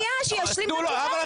שישלים את התשובה.